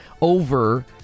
over